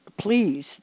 Please